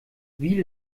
wie